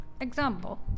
Example